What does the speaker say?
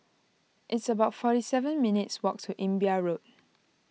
it's about forty seven minutes' walk to Imbiah Road